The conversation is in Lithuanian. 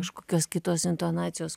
kažkokios kitos intonacijos